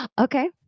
okay